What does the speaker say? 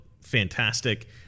fantastic